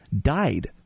died